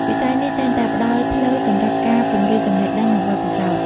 វិស័យនេះតែងតែផ្តល់ផ្លូវសម្រាប់ការពង្រីកចំណេះដឹង និងបទពិសោធន៍។